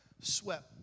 swept